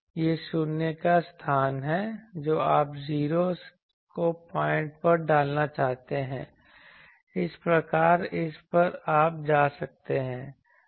यह शून्य का स्थान है जो आप 0's को पॉइंट पर डालना चाहते हैं इस प्रकार इस पर आप जा सकते हैं